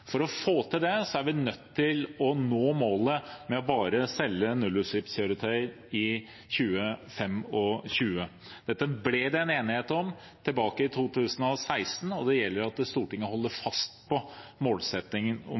For å få til det er vi nødt til å nå målet med bare å selge nullutslippskjøretøy innen 2025. Dette ble det en enighet om tilbake i 2016, og det gjelder for Stortinget å holde fast på målsettingen